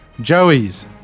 Joey's